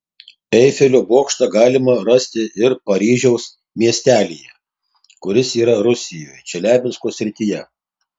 eifelio bokštą galima rasti ir paryžiaus miestelyje kuris yra rusijoje čeliabinsko srityje